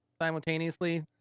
simultaneously